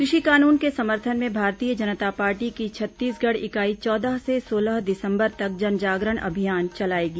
कृषि कानून के समर्थन में भारतीय जनता पार्टी की छत्तीसगढ़ इकाई चौदह से सोलह दिसंबर तक जन जागरण अभियान चलाएगी